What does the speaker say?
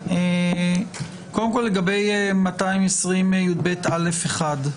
קודם כל, לגבי סעיף 220יב(א)(1).